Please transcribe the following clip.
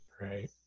Right